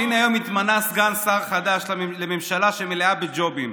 והינה היום התמנה סגן שר חדש לממשלה שמלאה בג'ובים,